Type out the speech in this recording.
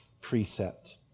precept